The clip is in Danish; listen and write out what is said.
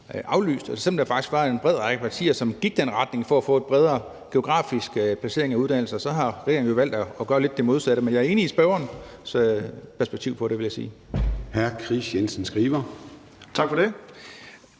faktisk var en bred vifte af partier, som gik i den retning for at få en bredere geografisk placering af uddannelser, så har regeringen jo valgt at gøre lidt det modsatte. Men jeg er enig i spørgerens perspektiv på det, vil jeg sige.